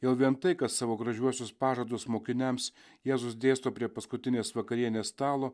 jau vien tai kad savo gražiuosius pažadus mokiniams jėzus dėsto prie paskutinės vakarienės stalo